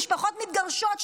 משפחות מתגרשות,